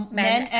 men